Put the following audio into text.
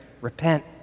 Repent